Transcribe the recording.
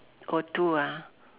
oh two ah